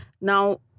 Now